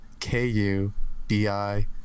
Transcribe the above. K-U-B-I